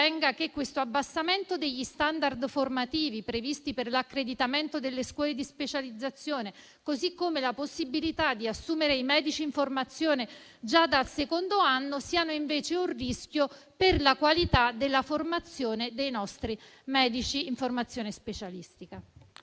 che questo abbassamento degli *standard* formativi previsti per l'accreditamento delle scuole di specializzazione, così come la possibilità di assumere i medici in formazione già dal secondo anno, sia invece un rischio per la qualità della formazione dei nostri medici in formazione specialistica.